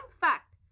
fact